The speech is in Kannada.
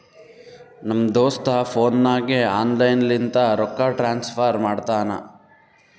ನಮ್ ದೋಸ್ತ ಫೋನ್ ನಾಗೆ ಆನ್ಲೈನ್ ಲಿಂತ ರೊಕ್ಕಾ ಟ್ರಾನ್ಸಫರ್ ಮಾಡ್ತಾನ